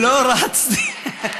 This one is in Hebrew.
לא, רצתי.